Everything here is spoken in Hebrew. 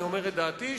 אני אומר את דעתי,